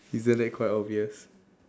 isn't that quite obvious